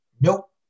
Nope